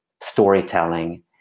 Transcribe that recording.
storytelling